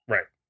Right